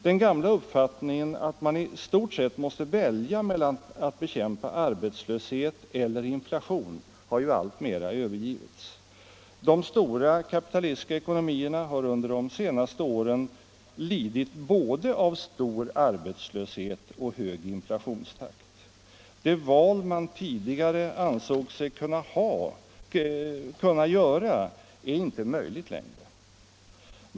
Den gamla uppfattningen att man i stort sett måste välja mellan att bekämpa arbetslöshet eller inflation har alltmer övergetts. De stora kapitalistiska ekonomierna har under de senaste åren lidit både av stor arbetslöshet och hög inflationstakt. Det val man tidigare ansåg sig kunna göra är inte längre möjligt.